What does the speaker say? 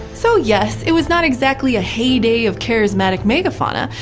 so yes, it was not exactly a heyday of charismatic megafauna.